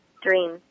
Dream